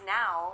now